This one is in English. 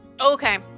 Okay